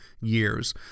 years